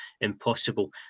impossible